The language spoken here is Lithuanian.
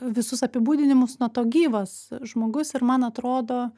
visus apibūdinimus nuo to gyvas žmogus ir man atrodo